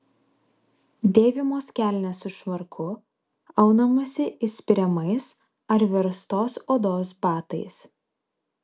dėvimos kelnės su švarku aunamasi įspiriamais ar verstos odos batais